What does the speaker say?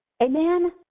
Amen